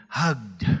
hugged